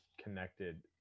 connected